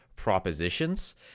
propositions